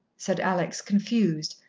said alex, confused,